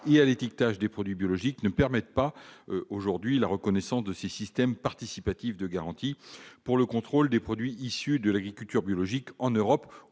et à l'étiquetage des produits biologiques ne permettent pas aujourd'hui la reconnaissance de ces systèmes participatifs de garantie pour le contrôle des produits issus de l'agriculture biologique en Europe